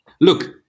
Look